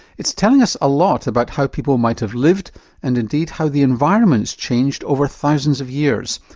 it's telling us a lot about how people might have lived and indeed how the environment's changed over thousands of years,